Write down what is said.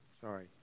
sorry